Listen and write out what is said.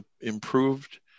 improved